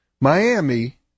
Miami